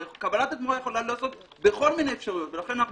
קבלת התמורה יכולה להיעשות בכל מיני אפשרויות,